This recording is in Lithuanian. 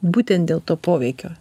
būtent dėl to poveikio